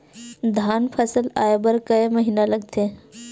धान फसल आय बर कय महिना लगथे?